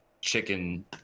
chicken